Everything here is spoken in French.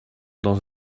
dans